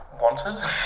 wanted